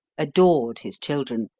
adored his children,